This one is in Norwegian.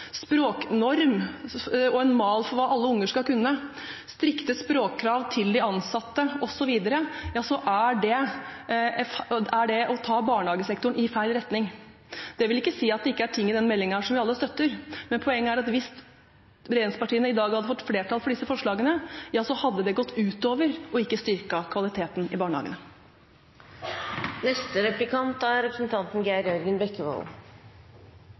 språknorm, en mal for hva alle unger skal kunne, strikte språkkrav til de ansatte osv., er det å ta barnehagesektoren i feil retning. Det vil ikke si at det ikke er ting i denne meldingen som vi alle støtter, men poenget er at hvis regjeringspartiene i dag hadde fått flertall for disse forslagene, hadde det gått ut over – og ikke styrket – kvaliteten i